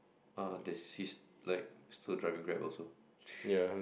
err he's like still driving Grab also